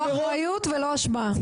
לא אחריות ולא אשמה.